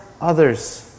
others